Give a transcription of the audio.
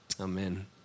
Amen